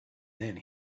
then